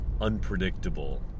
unpredictable